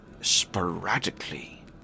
Sporadically